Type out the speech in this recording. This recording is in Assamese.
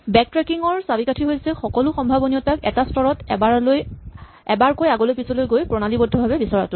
বেকট্ৰেকিং ৰ চাবিকাঠীঁ হৈছে সকলো সম্ভাৱনীয়তাক এটা স্তৰত এবাৰকৈ আগলৈ পিচলৈ গৈ প্ৰণালীবদ্ধভাৱে বিচৰাটো